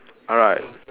alright